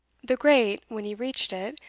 the grate, when he reached it,